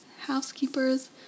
housekeepers